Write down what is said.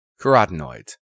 Carotenoids